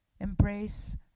embrace